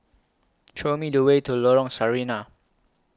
Show Me The Way to Lorong Sarina